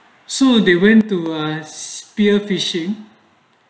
so they went to a spear fishing